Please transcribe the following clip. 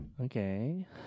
Okay